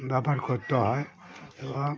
ব্যবহার করতে হয় এবং